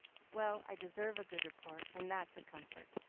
well, i deserve a good report, and that's a comfort,